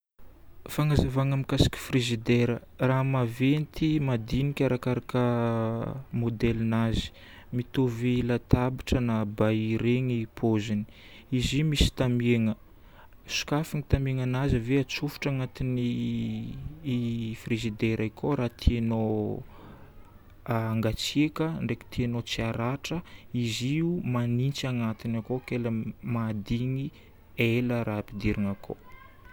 Fanazavagna mikasika frigidaire. Raha maventy, madinika, arakaraka môdelinazy. Mitovy latabatra na bahut regny paoziny. Izy io misy tamiana. Sokafana tamiananazy ave atsofotra agnatin'io frigidaire io koa raha tianao hangatsiaka, ndraiky tianao tsy haratra. Izy io magnitsy agnatiny akao ke la mahadigny ela raha ampidirina akao.